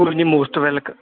ਕੋਈ ਨਹੀਂ ਮੋਸਟ ਵੈਲਕ